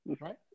Right